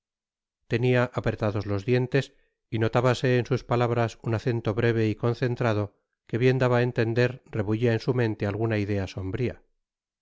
tenia apretados los dientes y notábase en sus palabras un acento breve y concentrado que bien daba á entender rebullía en su mente alguna idea sombría